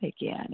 again